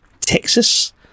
Texas